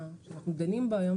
שאנחנו דנים בו היום,